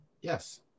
Yes